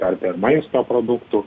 ar per maisto produktų